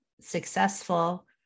successful